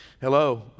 Hello